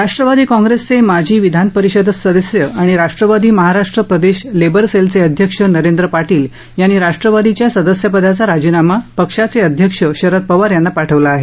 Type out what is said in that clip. राष्ट्रवादी काँप्रेसचे माजी विधानपरिषद सदस्य आणि राष्ट्रवादी महाराष्ट्र प्रदेश लेबर सेलचे अध्यक्ष नरेंद्र पाटील यांनी राष्ट्वादीच्या सदस्यपदाचा राजीनामा पक्षाचे अध्यक्ष शरद पवार यांना पाठविला आहे